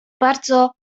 bardzo